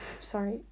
sorry